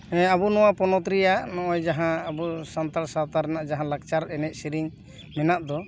ᱦᱮᱸ ᱟᱵᱚ ᱱᱚᱣᱟ ᱯᱚᱱᱚᱛ ᱨᱮᱭᱟᱜ ᱱᱚᱜ ᱚᱭ ᱡᱟᱦᱟᱸ ᱟᱵᱚ ᱥᱟᱱᱛᱟᱲ ᱥᱟᱶᱛᱟ ᱨᱮᱱᱟᱜ ᱡᱟᱦᱟᱸ ᱞᱟᱠᱪᱟᱨ ᱮᱱᱮᱡ ᱥᱮᱨᱮᱧ ᱢᱮᱱᱟᱜ ᱫᱚ